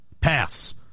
Pass